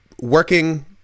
working